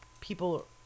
people